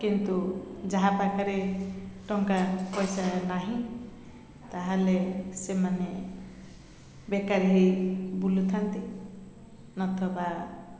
କିନ୍ତୁ ଯାହା ପାଖରେ ଟଙ୍କା ପଇସା ନାହିଁ ତାହେଲେ ସେମାନେ ବେକାରୀ ହୋଇ ବୁଲୁଥାନ୍ତି ଅଥବା